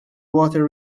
water